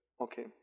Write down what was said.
Okay